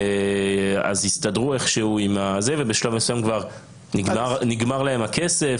אז הסתדרו איכשהו, ובשלב מסוים כבר נגמר להם הכסף.